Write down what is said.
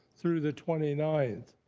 through the twenty ninth.